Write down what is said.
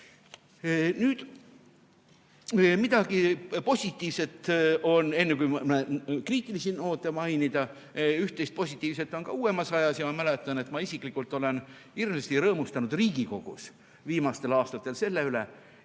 Nüüd midagi positiivset, enne kui kriitilisi noote mainida. Üht-teist positiivset on ka uuemas ajas. Ma mäletan, et ma isiklikult olen hirmsasti rõõmustanud Riigikogus viimastel aastatel selle üle,